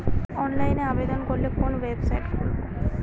অনলাইনে আবেদন করলে কোন ওয়েবসাইট খুলব?